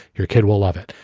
your kid will love it.